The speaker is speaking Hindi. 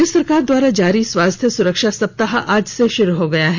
राज्य सरकार द्वारा जारी स्वास्थ्य सुरक्षा सप्ताह आज से शुरू हो गया है